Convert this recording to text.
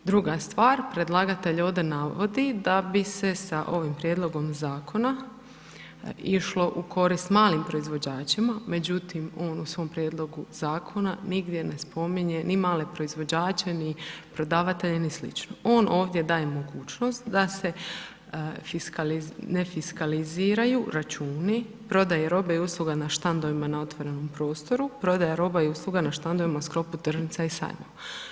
Druga stvar, predlagatelj ovdje navodi da bi se sa ovim prijedlogom zakona išlo u korist malim proizvođačima, međutim, on u svom prijedlogu zakona nigdje ne spominje ni male proizvođače, ni prodavatelje, ni slično, on ovdje daje mogućnost da se ne fiskaliziraju računi, prodaja robe i usluga na štandovima na otvorenom prostoru, prodaja roba i usluga na štandovima u sklopu tržnica i sajmova.